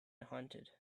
haunted